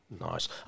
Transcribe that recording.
nice